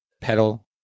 pedal